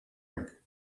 rink